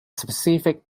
specific